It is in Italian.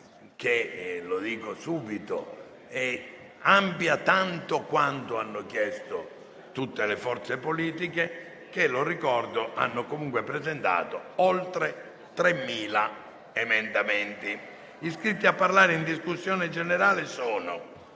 che - lo dico subito - è ampia tanto quanto hanno chiesto tutte le forze politiche che - lo ricordo - hanno comunque presentato oltre 3.000 emendamenti. È iscritta a parlare la senatrice Rossomando.